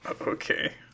Okay